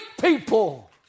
people